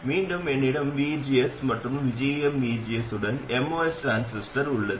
மீண்டும் என்னிடம் Vgs மற்றும் gmvgs உடன் MOS டிரான்சிஸ்டர் உள்ளது